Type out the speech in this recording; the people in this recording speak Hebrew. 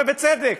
ובצדק,